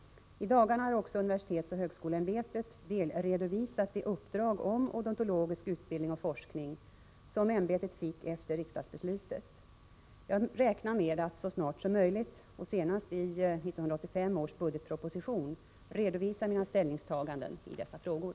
I dagarna har också universitetsoch högskoleämbetet delredovisat det uppdrag om odontologisk utbildning och forskning som ämbetet fick efter riksdagsbeslutet. Jag räknar med att så snart som möjligt, och senast i 1985 års budgetproposition, redovisa mina ställningstaganden i dessa frågor.